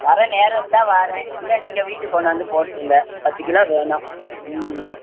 வர்ற நேரம் இருந்தால் வாரேன் இல்லை நீங்கள் வீட்டுக்கு கொண்டாந்து போட்டுருங்க பத்து கிலோ வேணும் ம்